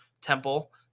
Temple